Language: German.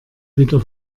wieder